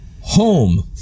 Home